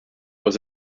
was